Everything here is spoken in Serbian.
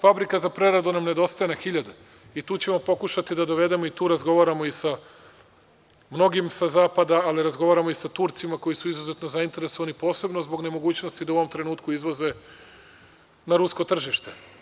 Fabrika za preradu nam nedostaje na hiljade i tu ćemo pokušati da dovedemo i tu razgovaramo i sa mnogim sa zapada, ali i razgovaramo i sa Turcima koji su izuzetno zainteresovani posebno zbog nemogućnosti da u ovom trenutku izlaze na Rusko tržište.